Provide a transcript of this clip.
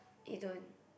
it don't